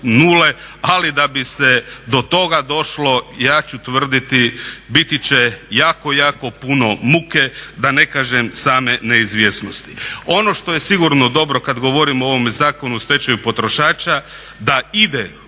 ali da bi se do toga došlo ja ću tvrditi biti će jako puno muke, da ne kažem same neizvjesnosti. Ono što je sigurno dobro kada govorimo o ovome Zakonu o stečaju potrošača da ide